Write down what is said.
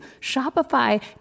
Shopify